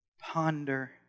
ponder